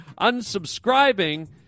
unsubscribing